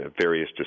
various